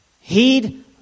Heed